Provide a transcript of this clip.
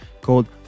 called